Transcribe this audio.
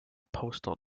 postal